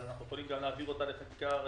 אבל אנחנו יכולים גם להעביר לחקיקה ראשית.